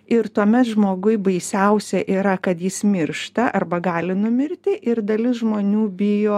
ir tuomet žmogui baisiausia yra kad jis miršta arba gali numirti ir dalis žmonių bijo